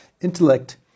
intellect